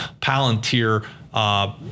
Palantir